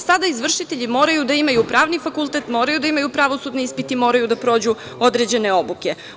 Sada izvršitelji moraju da imaju pravni fakultet, moraju da imaju pravosudni ispit i moraju da prođu određene obuke.